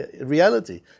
reality